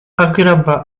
agrabla